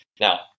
Now